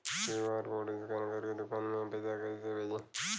QR code scan करके दुकान में पैसा कइसे भेजी?